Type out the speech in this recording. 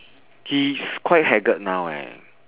he's quite haggard now eh